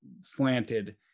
slanted